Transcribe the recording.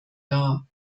dar